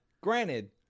Granted